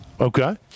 Okay